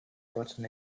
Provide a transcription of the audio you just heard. button